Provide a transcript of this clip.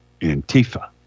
Antifa